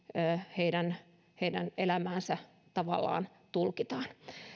heidän heidän elämäänsä tavallaan tulkitaan